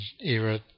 era